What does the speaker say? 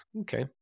Okay